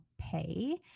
pay